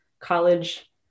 college